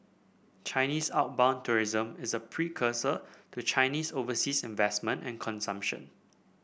Chinese outbound tourism is a precursor to Chinese overseas investment and consumption